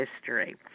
history